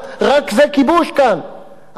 עם ישראל לא יכול להיות כובש בארצו.